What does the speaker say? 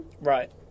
Right